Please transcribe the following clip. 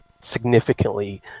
significantly